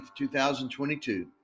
2022